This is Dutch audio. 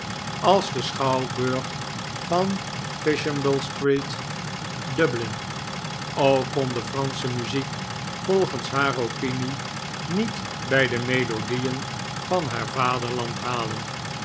als de schouwburg in fishamblestreet dublin ook kon de fransche muziek volgens haar opinie niet bij de melodieen van haar vaderland halen